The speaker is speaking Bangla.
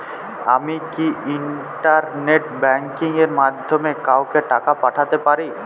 আমি কি ইন্টারনেট ব্যাংকিং এর মাধ্যমে কাওকে টাকা পাঠাতে পারি?